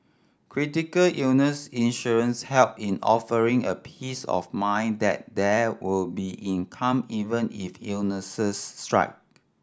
critical illness insurance helps in offering a peace of mind that there will be income even if illnesses strike